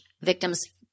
victims